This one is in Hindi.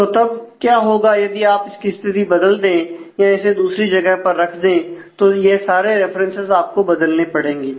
तो तब क्या होगा यदि आप इसकी स्थिति बदल दे या इसे दूसरी जगह पर रख दें तो यह सारे रेफरेंसेस आपको बदलने पड़ेंगे